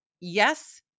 yes